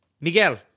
Miguel